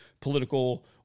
political